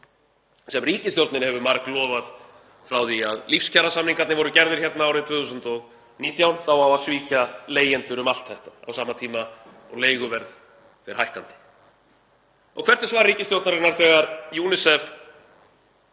sem ríkisstjórnin hefur marglofað frá því að lífskjarasamningar voru gerðir árið 2019. Það á að svíkja leigjendur um allt þetta á sama tíma og leiguverð fer hækkandi. Hvert er svar ríkisstjórnarinnar þegar UNICEF